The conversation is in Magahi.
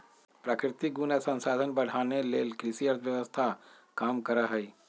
प्राकृतिक गुण आ संसाधन बढ़ाने लेल कृषि अर्थव्यवस्था काम करहइ